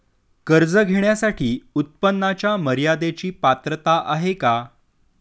कर्ज घेण्यासाठी उत्पन्नाच्या मर्यदेची पात्रता आहे का?